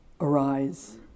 arise